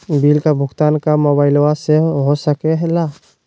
Bill का भुगतान का मोबाइलवा से हो सके ला?